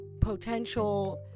potential